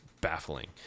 baffling